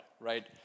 right